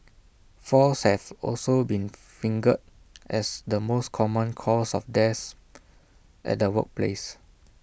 falls have also been fingered as the most common cause of deaths at the workplace